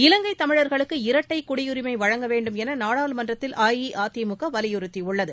இலங்கை தமிழர்களுக்கு இரட்டை குடியுரிமை வழங்க வேண்டும் என நாடாளுமன்றத்தில் அஇஅதிமுக வலியுறுத்தியுள்ளது